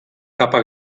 capa